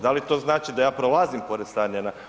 Da li to znači da ja prolazim pored stadiona?